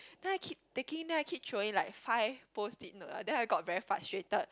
then I keep taking then I keep throwing like five post-it note then I got very frustrated